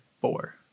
four